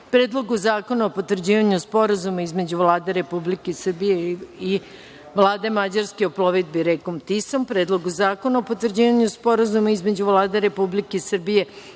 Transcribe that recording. Predlogu zakona o potvrđivanju Sporazuma između Vlade Republike Srbije i Vlade Mađarske o plovidbi rekom Tisom;